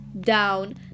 down